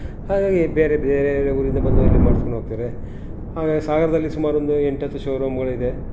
ಹಾಗಾಗಿ ಬೇರೆ ಬೇರೆಯೆಲ್ಲ ಊರಿಂದ ಬಂದು ಇಲ್ಲಿ ಮಾಡ್ಸ್ಕೊಂಡು ಹೋಗ್ತಾರೆ ಹಾಗಾಗಿ ಸಾಗರದಲ್ಲಿ ಸುಮಾರು ಒಂದು ಎಂಟತ್ತು ಶೋ ರೂಮ್ಗಳಿದೆ